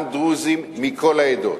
גם דרוזים, מכל העדות.